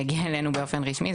שהגיע אלינו באופן רשמי,